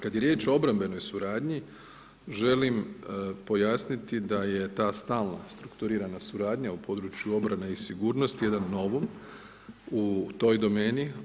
Kada je riječ o obrambenoj suradnji želim pojasniti da je ta stalna strukturirana suradnja u području obrane i sigurnosti jedan novum u toj domeni.